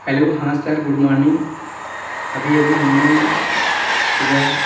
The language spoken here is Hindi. हेलो हाँ सर गुड मॉर्निंग अभी अभी हम ने सुबह